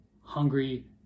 hungry